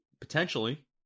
potentially